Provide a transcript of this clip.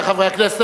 רבותי חברי הכנסת,